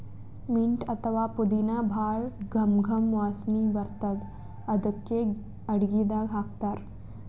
mint ಅಥವಾ ಪುದಿನಾ ಭಾಳ್ ಘಮ್ ಘಮ್ ವಾಸನಿ ಬರ್ತದ್ ಅದಕ್ಕೆ ಅಡಗಿದಾಗ್ ಹಾಕ್ತಾರ್